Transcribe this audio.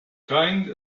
kind